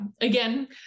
again